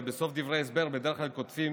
ובסוף דברי ההסבר בדרך כותבים